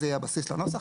זה יהיה הבסיס לנוסח.